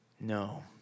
No